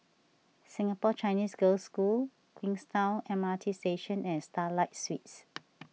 Singapore Chinese Girls' School Queenstown M R T Station and Starlight Suites